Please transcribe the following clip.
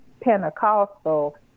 Pentecostal